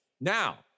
Now